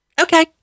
Okay